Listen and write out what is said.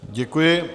Děkuji.